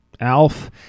Alf